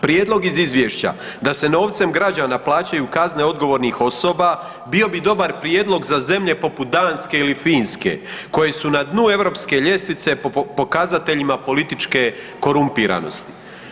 Prijedlog iz izvješća da se novcem građana plaćaju kazne odgovornih osoba, bio bi dobar prijedlog za zemlje poput Danske ili Finske koje su na dnu europske ljestvice po pokazateljima političke korumpiranosti.